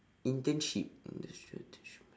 internship industrial attachment